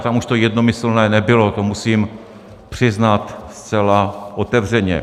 Tam už to jednomyslné nebylo, to musím přiznat zcela otevřeně.